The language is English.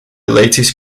latest